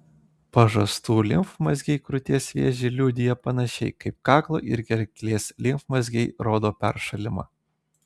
pažastų limfmazgiai krūties vėžį liudija panašiai kaip kaklo ir gerklės limfmazgiai rodo peršalimą